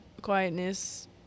quietness